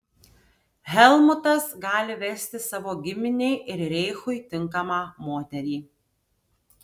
helmutas gali vesti savo giminei ir reichui tinkamą moterį